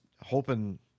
hoping